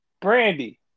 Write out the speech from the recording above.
Brandy